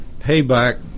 payback